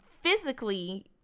physically